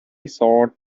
soared